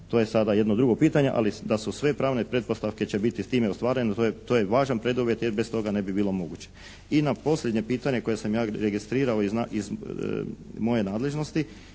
To je sada jedno drugo pitanje ali da su sve druge pravne pretpostavke će biti s time ostvarene. To je jedan važan preduvjet jer bez toga ne bi bilo moguće. I na posljednje pitanje koje sam ja registrirao iz moje nadležnosti